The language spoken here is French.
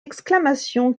exclamations